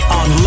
on